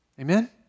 Amen